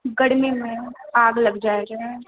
गर्मीमे आग लग जाएगा